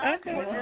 Okay